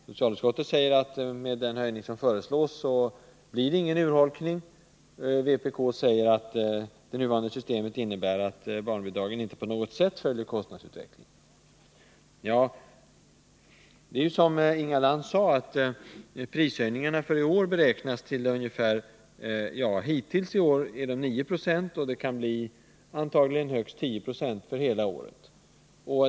Socialutskottet säger att med den höjning som föreslås blir det ingen urholkning, medan vpk säger att barnbidraget inte på något sätt följer kostnadsutvecklingen. Som Inga Lantz sade har prishöjningarna hittills i år uppgått till 9 90, och de blir antagligen högst 10 26 för hela året.